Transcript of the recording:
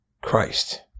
Christ